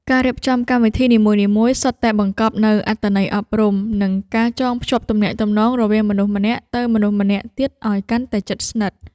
ការរៀបចំកម្មវិធីនីមួយៗសុទ្ធតែបង្កប់នូវអត្ថន័យអប់រំ និងការចងភ្ជាប់ទំនាក់ទំនងរវាងមនុស្សម្នាក់ទៅមនុស្សម្នាក់ទៀតឱ្យកាន់តែជិតស្និទ្ធ។